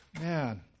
man